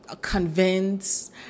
convince